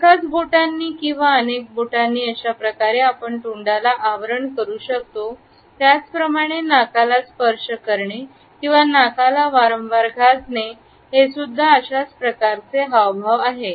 एकाच बोटानी किंवा अनेक बोटांनी अशाप्रकारे आपण तोंडाला आवरण करू शकतो त्याचप्रमाणे नाकाला स्पर्श करणे किंवा नाकाला वारंवार घासणे हे सुद्धा असेच प्रकारचे हावभाव आहे